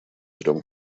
трем